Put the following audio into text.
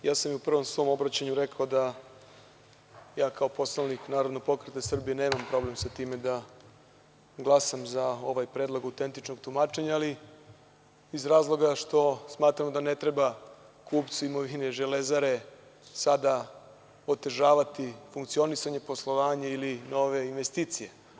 Ja sam u prvom obraćanju rekao da ja kao poslanik Narodnog pokreta Srbije nemam problem sa time da glasam za ovaj predlog autentičnog tumačenja, ali iz razloga što smatram da ne treba kupci imovini „Železare“ sada otežavati funkcionisanje, poslovanje ili nove investicije.